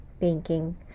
banking